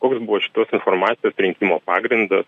koks buvo šitos informacijos rinkimo pagrindas